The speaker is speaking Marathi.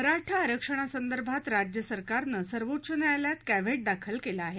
मराठा आरक्षणसंदर्भात राज्य सरकारनं सर्वोच्च न्यायालयात कॅव्हेट दाखल केलं आहे